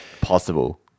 possible